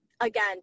again